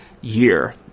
year